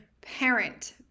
parent